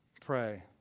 pray